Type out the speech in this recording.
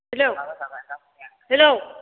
hello hello